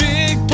Big